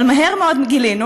אבל מהר מאוד גילינו,